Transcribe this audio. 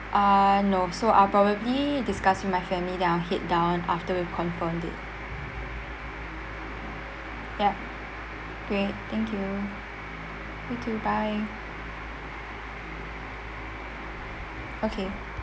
uh no so I will probably discuss with my family then I'll head down after we confirmed it ya great thank you thank you bye okay